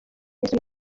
yasuye